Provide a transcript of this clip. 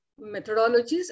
methodologies